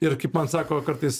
ir kaip man sako kartais